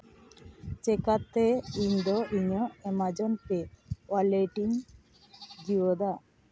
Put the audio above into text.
ᱪᱤᱠᱟᱹᱛᱮ ᱤᱧᱫᱚ ᱤᱧᱟᱹᱜ ᱮᱢᱟᱡᱚᱱᱼᱯᱮ ᱚᱣᱟᱞᱮᱴ ᱤᱧ ᱡᱤᱣᱮᱫᱼᱟ